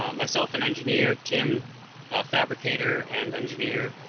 um myself an engineer, tim a fabricator and engineer,